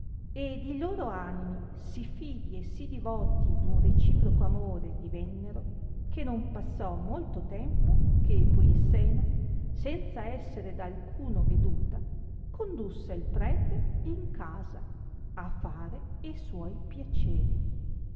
ed i loro animi sì fidi e sì divoti d'un reciproco amore divennero che non passò molto tempo che polissena senza essere da alcuno veduta condusse il prete in casa a fare e suoi piaceri